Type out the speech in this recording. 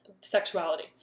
sexuality